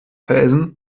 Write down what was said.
fels